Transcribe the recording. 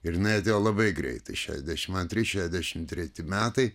ir jinai atėjo labai greitai šešiasdešimt antri šešiasdešimt treti metai